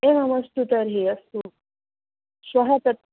एवमस्तु तर्हि अस्तु श्वः तत्